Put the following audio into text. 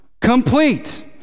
complete